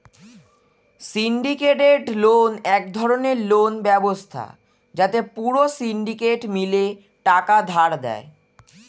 syndicated loan এক ধরণের loan ব্যবস্থা যাতে পুরো সিন্ডিকেট মিলে টাকা ধার দেয়